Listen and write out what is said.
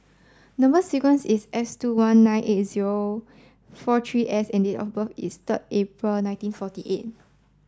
number sequence is S two one nine eight zero four three S and date of birth is third April nineteen forty eight